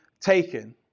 taken